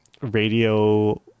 radio